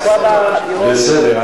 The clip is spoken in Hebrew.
בסדר,